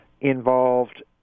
involved